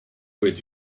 with